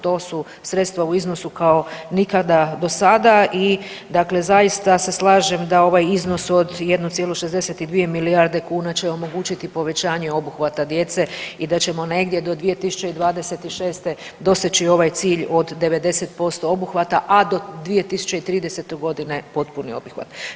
To su sredstva u odnosu kao nikada do sada i zaista se slažem da ovaj iznos od 1,62 milijarde kuna će omogućiti povećanje obuhvata djece i da ćemo negdje do 2026. doseći ovaj cilj od 90% obuhvata, a do 2030.g. potpunu obuhvat.